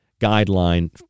guideline